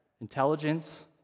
intelligence